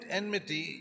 enmity